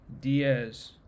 Diaz